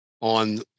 on